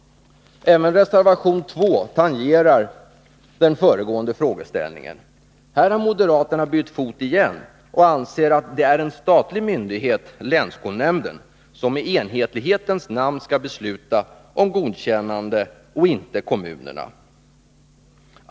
Även reservation 2 tangerar den föregående frågeställningen. Här har moderaterna bytt fot igen och anser att det är en statlig myndighet, länsskolnämnden, som i enhetlighetens namn skall besluta om godkännande och inte kommunerna!